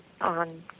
on